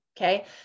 Okay